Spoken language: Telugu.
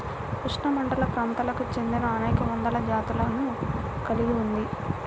ఉష్ణమండలప్రాంతాలకు చెందినఅనేక వందల జాతులను కలిగి ఉంది